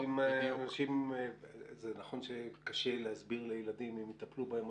נכון שקשה להסביר לילדים אם יטפלו בהם או